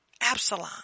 Absalom